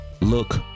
look